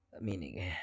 Meaning